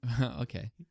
Okay